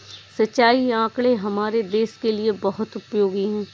सिंचाई आंकड़े हमारे देश के लिए बहुत उपयोगी है